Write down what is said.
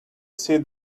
see